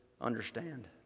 understand